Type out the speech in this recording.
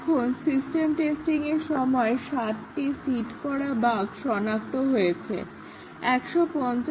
এখন সিস্টেম টেস্টিংয়ের সময় 60টি সিড করা বাগ সনাক্ত করা গেছে